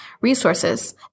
resources